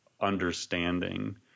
understanding